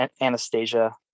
Anastasia